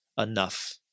Enough